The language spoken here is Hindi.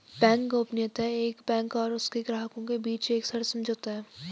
बैंक गोपनीयता एक बैंक और उसके ग्राहकों के बीच एक सशर्त समझौता है